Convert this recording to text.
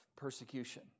persecution